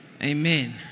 Amen